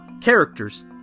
characters